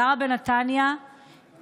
גרה בנתניה,